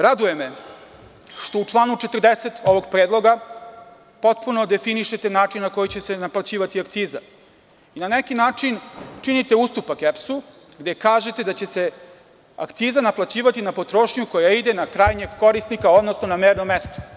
Raduje me što u članu 40. ovog Predloga, potpuno definišete način na koji će se naplaćivati akciza, na neki način činite ustupak EPS-u gde kažete da će se akciza naplaćivati na potrošnju koja ide na krajnjeg korisnika, odnosno na merno mesto.